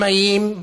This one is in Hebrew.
עצמאיים,